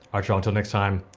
um y'all, until next time,